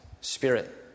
Spirit